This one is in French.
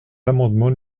l’amendement